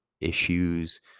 issues